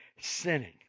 sinning